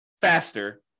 faster